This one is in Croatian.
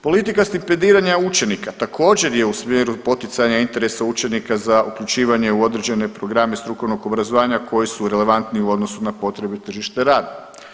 Politika stipendiranja učenika također je smjeru poticanja interesa učenika za uključivanje u određene programe strukovnog obrazovanja koji su relevantni u odnosu na potrebe tržišta rada.